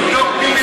אבל תבדוק מי,